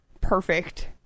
perfect